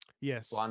Yes